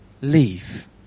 leave